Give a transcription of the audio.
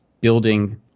building